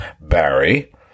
Barry